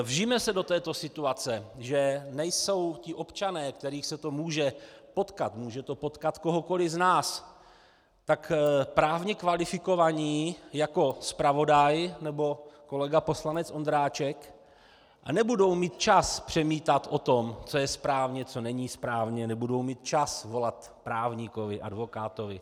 Vžijme se do této situace, že nejsou občané, které to může potkat, může to potkat kohokoliv z nás, právně kvalifikovaní jako zpravodaj nebo kolega poslanec Ondráček a nebudou mít čas přemítat o tom, co je správně, co není správně, nebudou mít čas volat právníkovi, advokátovi.